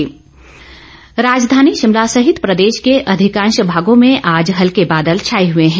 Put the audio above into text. मौसम राजधानी शिमला सहित प्रदेश के अधिकांश भागों में आज हल्के बादल छाए हुए हैं